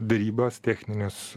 derybas techninius